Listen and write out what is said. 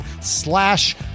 slash